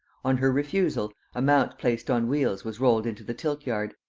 on her refusal, a mount placed on wheels was rolled into the tilt-yard,